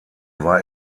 war